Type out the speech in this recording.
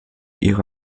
ihre